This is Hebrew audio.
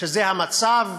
שזה המצב.